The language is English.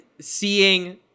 seeing